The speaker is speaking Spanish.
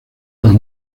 las